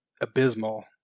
abysmal